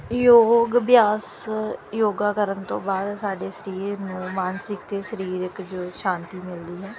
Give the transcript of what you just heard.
ਯੋਗ ਅਭਿਆਸ ਯੋਗਾ ਕਰਨ ਤੋਂ ਬਾਅਦ ਸਾਡੇ ਸਰੀਰ ਨੂੰ ਮਾਨਸਿਕ ਅਤੇ ਸਰੀਰਕ ਜੋ ਸ਼ਾਂਤੀ ਮਿਲਦੀ ਹੈ